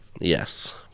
Yes